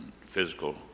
physical